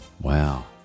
Wow